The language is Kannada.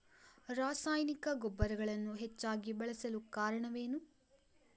ರಾಸಾಯನಿಕ ಗೊಬ್ಬರಗಳನ್ನು ಹೆಚ್ಚಾಗಿ ಬಳಸಲು ಕಾರಣವೇನು?